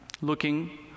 looking